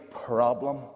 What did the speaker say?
problem